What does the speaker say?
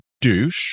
douche